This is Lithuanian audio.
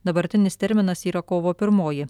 dabartinis terminas yra kovo pirmoji